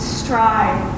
strive